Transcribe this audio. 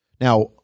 Now